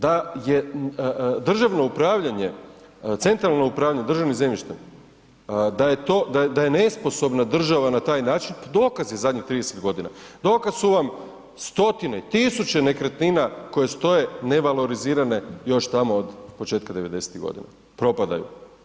Da je državno upravljanje, centralno upravljanje državnim zemljištem, da je to, da je nesposobna država na taj način, pa dokaz je zadnjih 30.g., dokaz su vam stotine, tisuće nekretnina koje stoje nevalorizirane još tamo od početka '90.-tih godina, propadaju.